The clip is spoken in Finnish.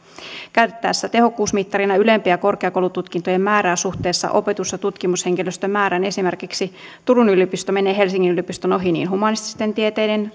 käytettäessä tehokkuusmittarina ylempien korkeakoulututkintojen määrää suhteessa opetus ja tutkimushenkilöstön määrään esimerkiksi turun yliopisto menee helsingin yliopiston ohi niin humanististen tieteiden